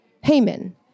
Haman